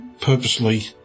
purposely